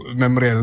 memory